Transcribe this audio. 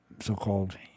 so-called